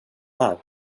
här